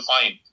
find